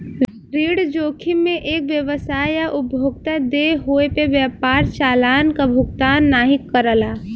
ऋण जोखिम में एक व्यवसाय या उपभोक्ता देय होये पे व्यापार चालान क भुगतान नाहीं करला